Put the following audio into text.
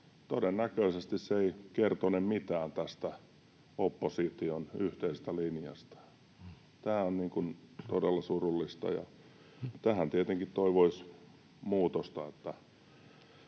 todennäköisesti se ei kertone mitään tästä opposition yhteisestä linjasta. Tämä on todella surullista, ja tähän tietenkin toivoisi muutosta,